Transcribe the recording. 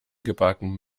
gebacken